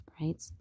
right